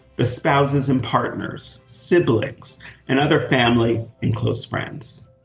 the spouses, and partners, siblings and other family and close friends.